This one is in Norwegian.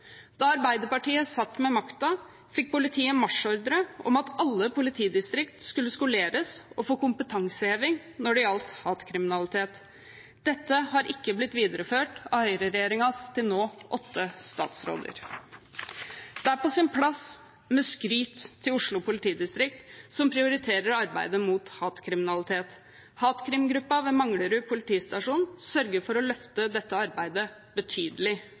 Da Arbeiderpartiet satt med makten, fikk politiet marsjordre om at alle politidistrikt skulle skoleres og få kompetanseheving når det gjaldt hatkriminalitet. Dette har ikke blitt videreført av høyreregjeringens til nå åtte statsråder. Det er på sin plass med skryt til Oslo politidistrikt, som prioriterer arbeidet mot hatkriminalitet. Hatkrimgruppa ved Manglerud politistasjon sørger for å løfte dette arbeidet betydelig.